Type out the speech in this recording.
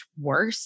worse